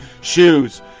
shoes